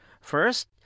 First